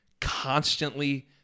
constantly